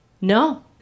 No